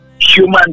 human